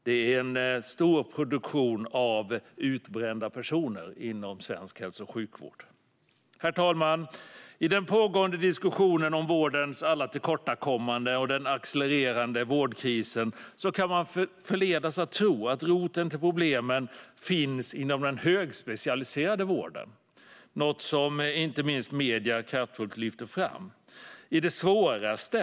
Det sker en stor produktion av utbrända personer inom svensk hälso och sjukvård. Herr talman! I den pågående diskussionen om vårdens alla tillkortakommanden och den accelererande vårdkrisen kan man förledas att tro att roten till problemen finns inom den högspecialiserade vården, något som inte minst medierna kraftfullt lyfter fram - i det svåraste.